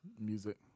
music